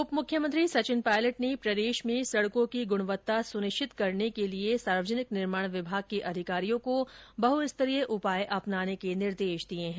उप मुख्यमंत्री सचिन पायलट ने प्रदेश में सड़कों की गुणवत्ता सुनिश्चित करने के लिए सार्वजनिक निर्माण विभाग के अधिकारियों को बहस्तरीय उपाय अपनाने के निर्देश दिए हैं